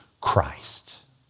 Christ